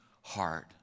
heart